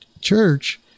church